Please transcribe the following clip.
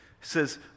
says